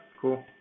cool